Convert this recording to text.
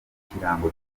ikirango